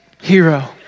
hero